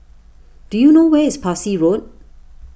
do you know where is Parsi Road